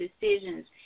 decisions